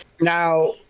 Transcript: Now